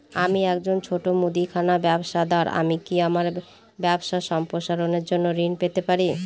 আমি একজন ছোট মুদিখানা ব্যবসাদার আমি কি আমার ব্যবসা সম্প্রসারণের জন্য ঋণ পেতে পারি?